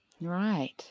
right